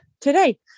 today